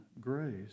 grace